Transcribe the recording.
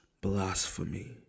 blasphemy